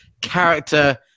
character